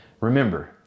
Remember